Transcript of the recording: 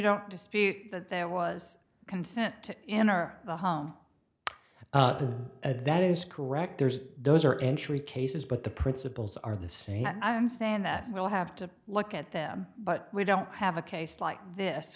dispute that there was consent to enter the home the that is correct there's those are entry cases but the principles are the same i understand that we'll have to look at them but we don't have a case like this